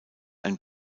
ein